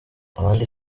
abandi